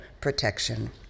protection